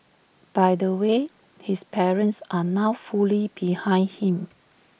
by the way his parents are now fully behind him